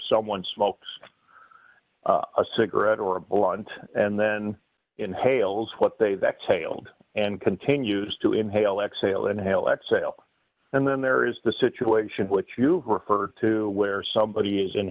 someone smokes a cigarette or a blunt and then inhales what they that failed and continues to inhale exhale inhale exhale and then there is the situation which you refer to where somebody is in